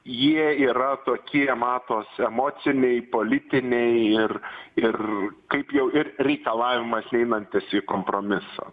jie yra tokie matos emociniai politiniai ir ir kaip jau ir reikalavimas einantis į kompromisą